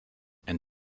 and